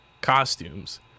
costumes